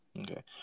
Okay